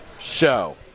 show